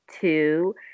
Two